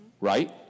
Right